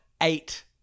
eight